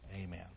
Amen